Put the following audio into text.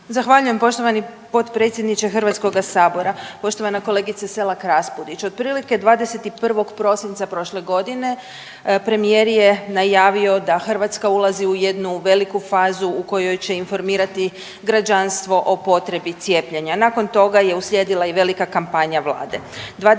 Zahvaljujem poštovani potpredsjedniče Hrvatskoga sabora, poštovana kolegice Selak-Raspudić. Otprilike 21. Prosinca prošle godine premijer je najavio da Hrvatska ulazi u jednu veliku fazu u kojoj će informirati građanstvo o potrebi cijepljenja. Nakon toga je uslijedila i velika kampanja Vlade.